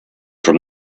from